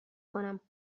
کنم